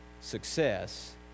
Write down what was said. Success